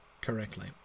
correctly